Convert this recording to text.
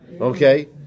Okay